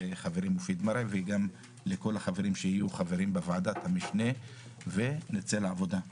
וגם לכל החברים שיהיו חברים בוועדת המשנה ונצא לעבודה.